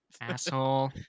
Asshole